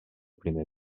primer